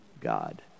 God